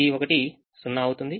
ఈ 1 0 అవుతుంది